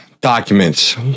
documents